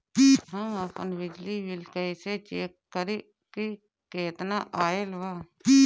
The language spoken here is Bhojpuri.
हम आपन बिजली बिल कइसे चेक करि की केतना आइल बा?